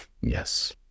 Yes